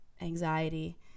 anxiety